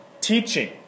teaching